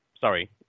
Sorry